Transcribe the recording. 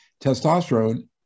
Testosterone